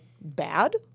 bad